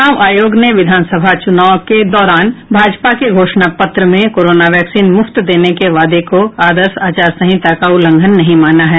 चुनाव आयोग ने विधानसभा चुनाव के दौरान भाजपा के घोषणा पत्र में कोरोना वैक्सीन मुफ्त देने के वादे को आदर्श आचार संहिता का उल्लंघन नहीं माना है